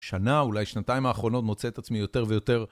שנה, אולי שנתיים האחרונות, מוצא את עצמי יותר ויותר.